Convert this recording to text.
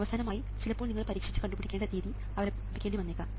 അവസാനമായി ചിലപ്പോൾ നിങ്ങൾ പരീക്ഷിച്ച് കണ്ടുപിടിക്കേണ്ട രീതി അവലംബിക്കേണ്ടി വന്നേക്കാം